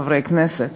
חברי הכנסת,